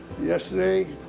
Yesterday